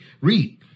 Read